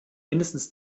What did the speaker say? mindestens